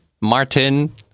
Martin